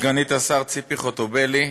סגנית השר ציפי חוטובלי,